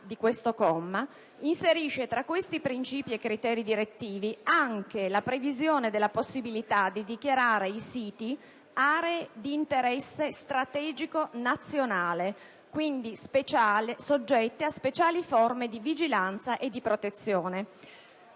del comma 2 inserisce tra questi princìpi e criteri direttivi anche la previsione della possibilità di dichiarare i siti «aree di interesse strategico nazionale», quindi soggette a speciali forme di vigilanza e di protezione.